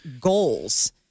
goals